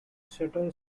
shutter